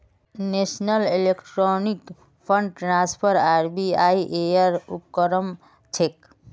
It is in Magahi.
national electronic fund transfer RBI ऐर उपक्रम छेक